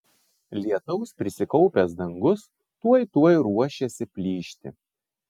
lietaus prisikaupęs dangus tuoj tuoj ruošėsi plyšti